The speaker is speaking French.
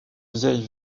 vieille